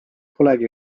polegi